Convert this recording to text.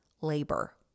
labor